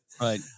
right